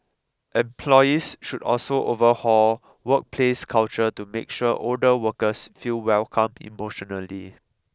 employees should also overhaul workplace culture to make sure older workers feel welcome emotionally